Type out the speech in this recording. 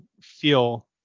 feel